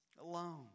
alone